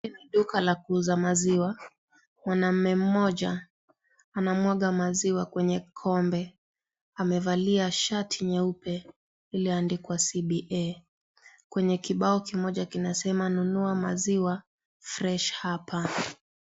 Duka la kuuza maziwa, mwanamme mmoja anamwaga maziwa kwenye kikombe. Amevaa shati nyeupe iliyoandikwa CBA kuna kibao kibao kimoja kinasema, nunua maziwa fresh hapa.